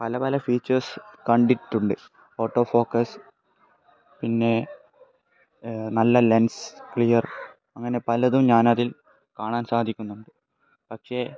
പല പല ഫീച്ചേഴ്സ് കണ്ടിട്ടുണ്ട് ഓട്ടോ ഫോക്കസ് പിന്നെ നല്ല ലെൻസ് ക്ലിയർ അങ്ങനെ പലതും ഞാൻ അതിൽ കാണാൻ സാധിക്കുന്നുണ്ട് പക്ഷേ